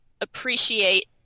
appreciate